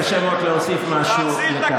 וכמובן, קשה מאוד להוסיף משהו, אין בעיה.